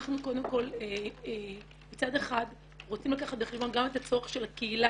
אנחנו קודם כל מצד אחד רוצים לקחת בחשבון גם את הצורך של הקהילה